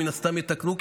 ומן הסתם יתקנו,